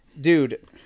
dude